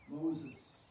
Moses